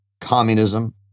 communism